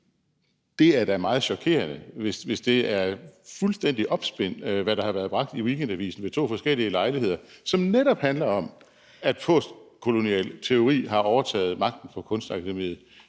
det er da meget chokerende, hvis det er fuldstændig opspind, hvad der har været bragt i Weekendavisen ved to forskellige lejligheder. De handlede netop om, at postkolonial teori har overtaget magten på Kunstakademiet.